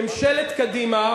ממשלת קדימה,